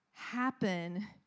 happen